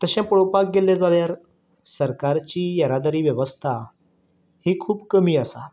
तशें पळोवपाक गेलें जाल्यार सरकारची येरादारी वेवस्था ही खूब कमी आसा